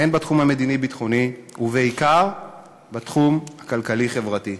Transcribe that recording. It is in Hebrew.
בתחום המדיני-ביטחוני, ובעיקר בתחום הכלכלי-חברתי.